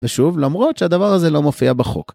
ושוב, למרות שהדבר הזה לא מופיע בחוק.